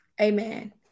Amen